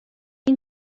این